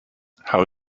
how